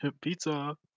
Pizza